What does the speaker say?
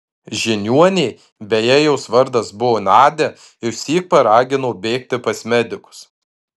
žiniuonė beje jos vardas buvo nadia išsyk paragino bėgti pas medikus